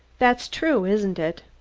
that's true, isn't it?